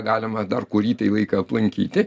galima dar kurį tai laiką aplankyti